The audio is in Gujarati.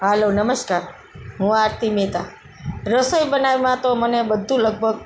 હાલો નમસ્કાર હું આરતી મહેતા રસોઈ બનાવવામાં તો મને બધું લગભગ